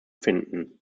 finden